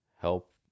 help